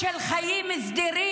ששש,